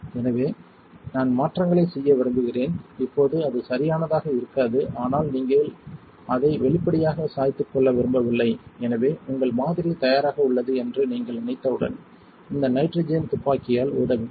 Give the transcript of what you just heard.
எனவே நான் மாற்றங்களைச் செய்ய விரும்புகிறேன் இப்போது அது சரியானதாக இருக்காது ஆனால் நீங்கள் அதை வெளிப்படையாக சாய்த்து கொள்ள விரும்பவில்லை எனவே உங்கள் மாதிரி தயாராக உள்ளது என்று நீங்கள் நினைத்தவுடன் இந்த நைட்ரஜன் துப்பாக்கியால் ஊத வேண்டும்